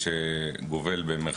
שקשורים אחד